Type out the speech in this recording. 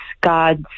god's